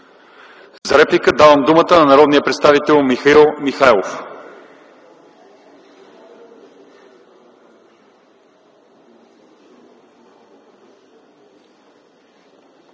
За реплика давам думата на народния представител Михаил Михайлов.